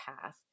path